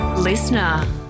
Listener